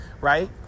right